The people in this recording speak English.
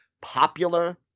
popular